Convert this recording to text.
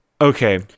Okay